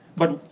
but,